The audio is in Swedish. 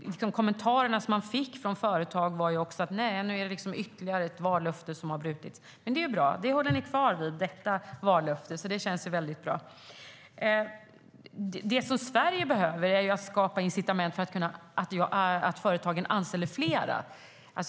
Kommentarerna som man fick från företag var: "Nej, nu är det ytterligare ett vallöfte som har brutits!" Men detta vallöfte håller ni alltså fast vid. Det känns väldigt bra. Det som Sverige behöver är att man skapar incitament för företagen att anställa fler.